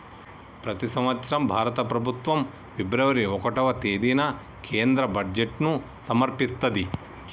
ప్రతి సంవత్సరం భారత ప్రభుత్వం ఫిబ్రవరి ఒకటవ తేదీన కేంద్ర బడ్జెట్ను సమర్పిత్తది